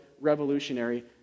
revolutionary